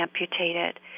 amputated